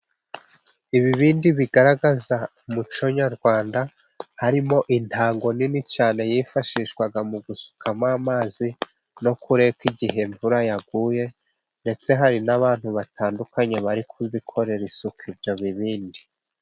Ibibindi bigaragaza umuco nyarwanda, harimo intango nini cyane yifashishwaga mu gusukamo amazi no kureka igihe imvura yaguye, ndetse hari n'abantu batandukanye babikorera isuku, ibyo bibindi.